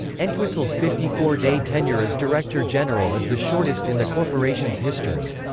entwistle's fifty four day tenure as director-general is the shortest in the corporation's history.